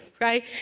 right